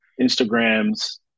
Instagram's